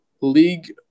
League